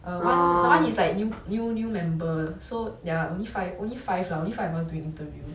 uh one is like new new new member so ya only five only five lah only five of us doing the interview